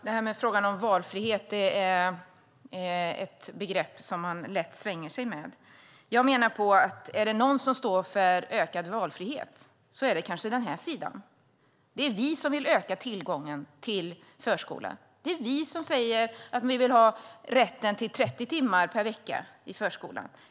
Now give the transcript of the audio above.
Herr talman! Valfrihet är ett begrepp som man lätt svänger sig med. Jag menar att om det är någon som står för ökad valfrihet är det den här sidan. Det är vi som vill öka tillgången till förskolan. Det är vi som säger att vi vill ha rätten till 30 timmar per vecka i förskolan.